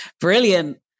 Brilliant